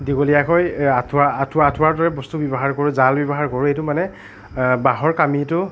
দীঘলীয়াকৈ আঁঠুৱা আঁঠুৱাৰ দৰে বস্তু ব্যৱহাৰ কৰোঁ জাল ব্যৱহাৰ কৰোঁ এইটো মানে বাঁহৰ কামিটো